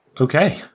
Okay